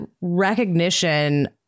recognition